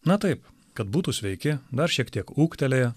na taip kad būtų sveiki dar šiek tiek ūgtelėję